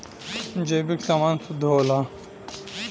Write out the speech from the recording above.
जैविक समान शुद्ध होला